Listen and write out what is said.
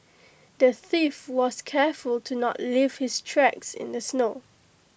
the thief was careful to not leave his tracks in the snow